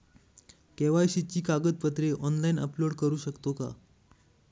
KYC ची कागदपत्रे online upload करू शकतो का?